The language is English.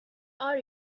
are